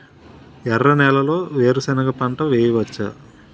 ఎర్ర నేలలో వేరుసెనగ పంట వెయ్యవచ్చా?